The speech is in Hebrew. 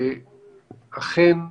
ואכן הכדור,